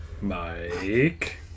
Mike